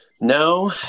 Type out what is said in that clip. no